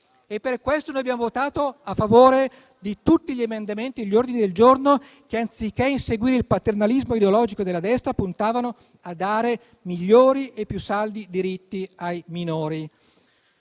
Per questo noi abbiamo votato a favore di tutti gli emendamenti e ordini del giorno che, anziché inseguire il paternalismo ideologico della destra, puntavano a dare migliori e più saldi diritti ai minori.